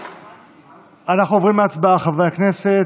אנחנו עוברים להצבעה, חברי הכנסת,